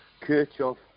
Kirchhoff